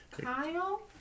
Kyle